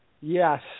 Yes